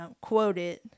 quoted